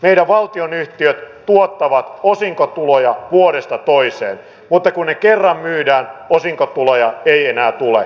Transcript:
meidän valtionyhtiöt tuottavat osinkotuloja vuodesta toiseen mutta kun ne kerran myydään osinkotuloja ei enää tule